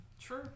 True